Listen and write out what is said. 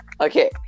Okay